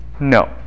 No